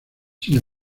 sin